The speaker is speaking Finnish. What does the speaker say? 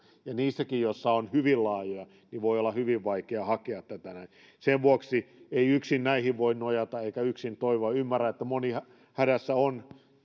ja niissäkin jotka ovat hyvin laajoja niin voi olla hyvin vaikea hakea tätä näin sen vuoksi ei yksin näihin voi nojata eikä yksin toivoa ymmärrän että moni on hädässä